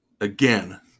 Again